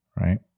right